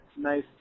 nice